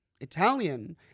Italian